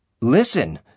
Listen